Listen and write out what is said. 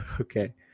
Okay